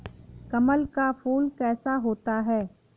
कमल का फूल कैसा होता है?